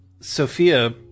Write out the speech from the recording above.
Sophia